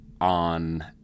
on